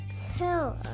tell